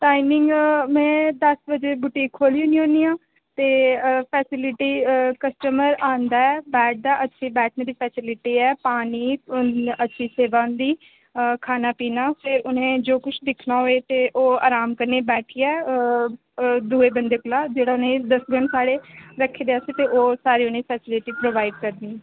timing में दस बजे बुटीक खोली ओड़नी होन्नी आं ते फैसिलिटी कॉस्टमर आंदा ऐ बैठदा ऐ अच्छी बैठने दी फैसिलिटी ऐ पानी अच्छी सेवा होंदी खाना पीना फ्ही उ'नें जो कुछ दिक्खना होऐ ते ओह् अराम कन्नै बैठियै दुए बंदे कोला जेह्ड़ा उ'नेंगी दसङन साढ़े रक्खे दे अस ओह् सारे उ'नेंगी फैसिलिटी प्रोवाइड करदे